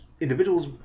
individuals